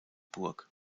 burg